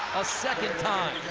a second time.